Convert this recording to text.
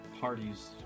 parties